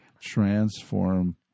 Transform